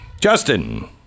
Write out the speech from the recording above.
justin